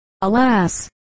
alas